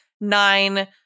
nine